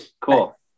Cool